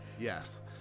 Yes